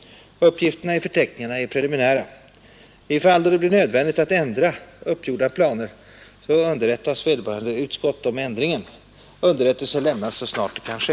Uppgifterna i förteckningarna är preliminära. I fall då det blir nödvändigt att ändra uppgjorda planer underrättas vederbörande utskott om ändringen. Underrättelse lämnas så snart det kan ske.